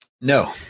No